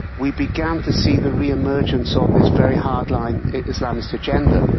we began to see the re-emergence of this very hard-line islamist agenda.